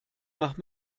nach